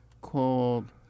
called